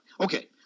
Okay